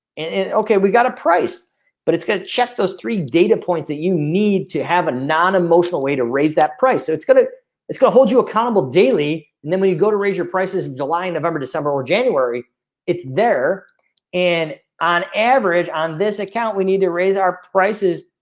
okay. we got a price but it's gonna check those three data points that you need to have an non emotional way to raise that price. so it's gonna it's gonna hold you accountable daily and then when you go to raise your prices. line november december or january it's there and on average on this account, we need to raise our prices.